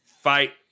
fight